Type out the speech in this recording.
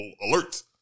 alert